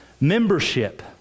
membership